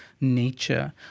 nature